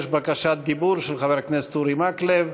יש בקשת דיבור, של חבר הכנסת אורי מקלב.